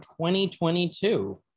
2022